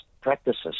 practices